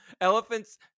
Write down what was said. Elephants